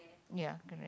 ya correct